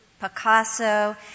Picasso